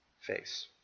face